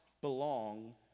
belong